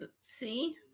See